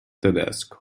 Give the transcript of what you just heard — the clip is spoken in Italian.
tedesco